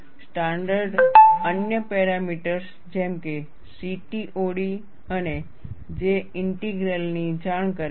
standard અન્ય parameters જેમ કે CTOD અને J ઈન્ટેગ્રલની જાણ કરે છે